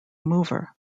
mover